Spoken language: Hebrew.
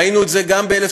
ראינו את זה ב-1929,